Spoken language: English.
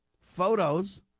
photos